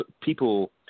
people